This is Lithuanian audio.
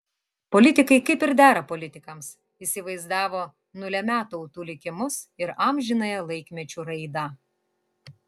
politikai kaip ir dera politikams įsivaizdavo nulemią tautų likimus ir amžinąją laikmečių raidą